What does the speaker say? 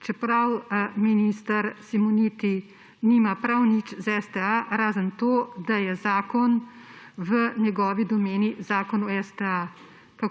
čeprav minister Simoniti nima prav nič s STA, razen da je Zakon o STA v njegovi domeni. Kako pa se STA